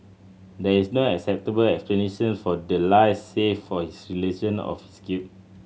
there is no acceptable explanation for the lies save for his realisation of his guilt